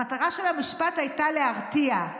המטרה של המשפט הייתה להרתיע.